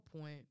point